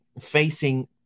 facing